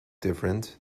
different